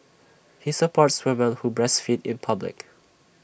he supports women who breastfeed in public